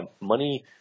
money –